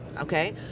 okay